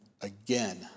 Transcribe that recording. again